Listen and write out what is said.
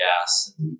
gas